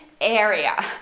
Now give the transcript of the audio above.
area